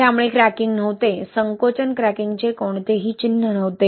त्यामुळे क्रॅकिंग नव्हते संकोचन क्रॅकिंगचे कोणतेही चिन्ह नव्हते